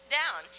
down